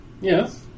Yes